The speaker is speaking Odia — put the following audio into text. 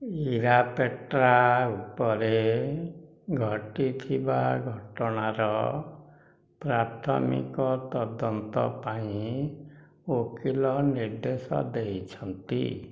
ଇରାପେଟ୍ରା ଉପରେ ଘଟିଥିବା ଘଟଣାର ପ୍ରାଥମିକ ତଦନ୍ତ ପାଇଁ ଓକିଲ ନିର୍ଦ୍ଦେଶ ଦେଇଛନ୍ତି